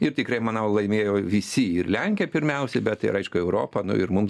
ir tikrai manau laimėjo visi ir lenkija pirmiausia bet ir aišku europa ir mums